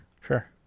Sure